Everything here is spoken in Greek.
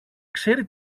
ξέρει